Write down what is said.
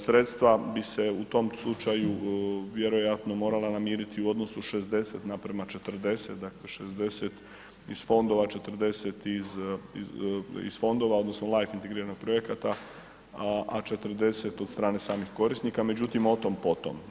Sredstva bi se u tom slučaju vjerojatno morala namiriti u odnosu 60 naprema 40, dakle 60 iz fondova, 40 iz fondova odnosno …/nerazumljivo/… projekata, a 40 od strane samih korisnika, međutim o tom potom.